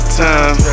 time